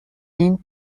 این